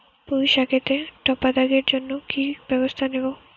পুই শাকেতে টপা দাগের জন্য কি ব্যবস্থা নেব?